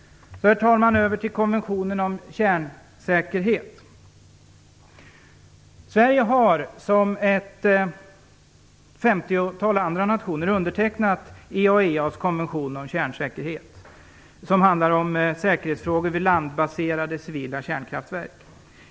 Herr talman! Så över till konventionen om kärnsäkerhet. Sverige har, liksom ett femtiotal andra nationer, undertecknat IAEA:s konvention om kärnsäkerhet. Den handlar om säkerhetsfrågor vid landbaserade civila kärnkraftverk.